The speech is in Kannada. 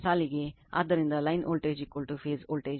ಆದ್ದರಿಂದ ಲೈನ್ ವೋಲ್ಟೇಜ್ ಫೇಸ್ ವೋಲ್ಟೇಜ್